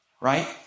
Right